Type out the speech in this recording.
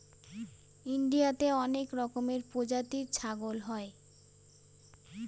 ইন্ডিয়াতে অনেক রকমের প্রজাতির ছাগল হয়